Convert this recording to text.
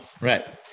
Right